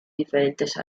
diferentes